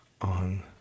on